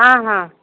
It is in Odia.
ହଁ ହଁ